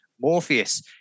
Morpheus